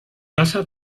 casa